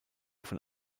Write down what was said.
von